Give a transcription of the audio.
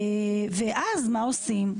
ואז מה עושים?